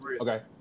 okay